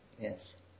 Yes